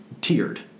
tiered